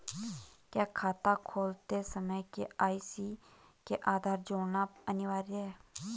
क्या खाता खोलते समय के.वाई.सी में आधार जोड़ना अनिवार्य है?